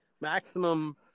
maximum